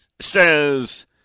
says